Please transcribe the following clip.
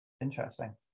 Interesting